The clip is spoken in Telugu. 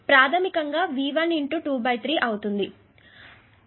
కాబట్టి ఈ కంట్రోల్ సోర్స్ లో కరెంటు